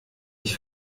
ich